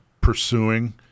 pursuing